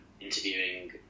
interviewing